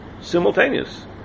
simultaneous